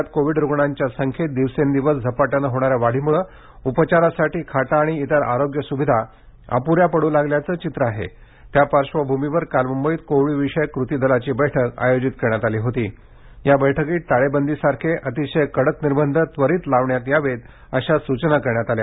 राज्यात कोविड रुग्णांच्या संख्येत दिवसेंदिवस झपाट्याने होणाऱ्या वाढीमुळे उपचारासाठी खाटा आणि इतर आरोग्य सुविधा अपुऱ्या पडू लागल्याचं चित्र आहे त्या पार्श्वभूमीवर काल मुंबईत कोविड विषयक कृती दलाची बैठक आयोजित करण्यात आली होती या बैठकीत टाळेबंदीसारखे अतिशय कडक निर्बंध त्वरित लावण्यात यावेत अशा सूचना करण्यात आल्या